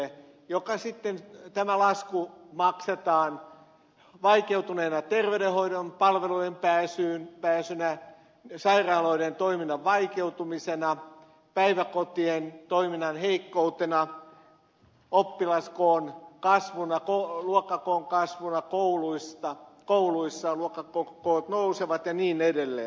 tämä lasku sitten maksetaan vaikeutuneena terveydenhoidon palveluihin pääsynä sairaaloiden toiminnan vaikeutumisena päiväkotien toiminnan heikkoutena luokkakoon kasvuna kouluissa ja niin edelleen